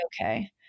okay